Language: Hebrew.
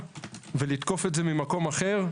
רק אחרי שיהיה שילוב אפשר יהיה לפעול מבחינת הדברה,